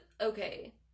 okay